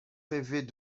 rêver